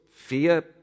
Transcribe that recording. fear